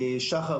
שחר,